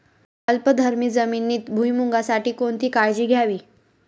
अल्कधर्मी जमिनीत भुईमूगासाठी कोणती काळजी घ्यावी?